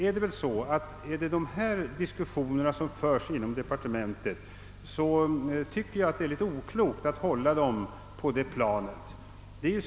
Är det sådana diskussioner som förs inom departementet, är det enligt min mening oklokt att hålla dem på det planet.